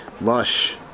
lush